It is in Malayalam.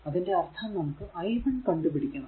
അതിന്റെ അർഥം നമുക്ക് i 1 കണ്ടു പിടിക്കണം